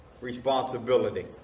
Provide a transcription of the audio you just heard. responsibility